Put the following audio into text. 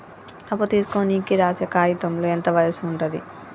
అప్పు తీసుకోనికి రాసే కాయితంలో ఎంత వయసు ఉంటది?